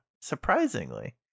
surprisingly